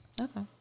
okay